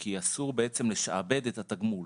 כי אסור בעצם לשעבד את התגמול,